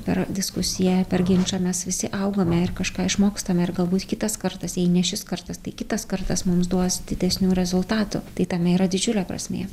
per diskusiją per ginčą mes visi augame ir kažką išmokstame ir galbūt kitas kartas jei ne šis kartas tai kitas kartas mums duos didesnių rezultatų tai tame yra didžiulė prasmė